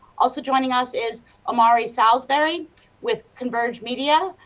also joining us is amari salsberry with converged media.